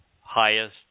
highest